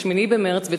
8 במרס,